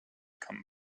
come